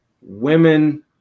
women